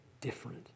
different